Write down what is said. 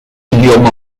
idioma